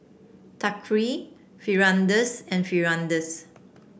Thaqif Firdaus and Firdaus